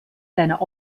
seiner